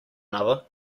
another